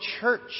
church